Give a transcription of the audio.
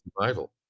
survival